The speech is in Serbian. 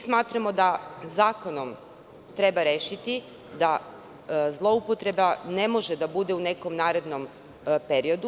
Smatramo da zakonom treba rešiti da zloupotreba ne može da bude u nekom narednom periodu.